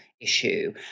issue